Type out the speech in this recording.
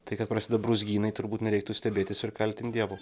tai kad prasideda brūzgynai turbūt nereiktų stebėtis ir kaltint dievo